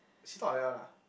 she talk like that one ah